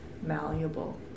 malleable